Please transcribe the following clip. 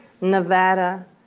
Nevada